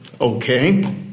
okay